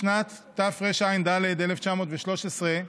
בשנת תרע"ד, 1913,